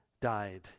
died